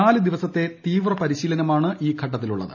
നാല് ദിവസത്തെ തീവ്രപരിശീലനമാണ് ഈ ഘട്ടത്തിലുളളത്